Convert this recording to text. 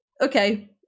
okay